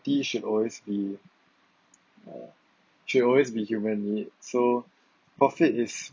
should always be uh should always be human need so profit is